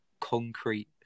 concrete